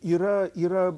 yra yra